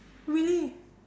really